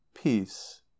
peace